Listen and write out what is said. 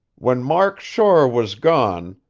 when mark shore was gone.